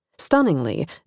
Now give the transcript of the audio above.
Stunningly